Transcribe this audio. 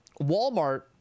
Walmart